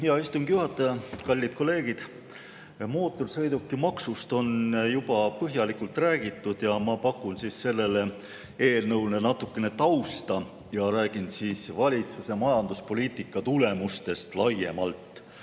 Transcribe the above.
Hea istungi juhataja! Kallid kolleegid! Mootorsõidukimaksust on juba põhjalikult räägitud. Ma pakun sellele eelnõule natukene tausta, räägin valitsuse majanduspoliitika tulemustest laiemalt.